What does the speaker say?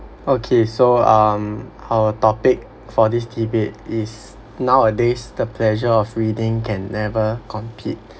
okay so um our topic for this debate is nowadays the pleasure of reading can never compete